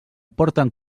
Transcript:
porten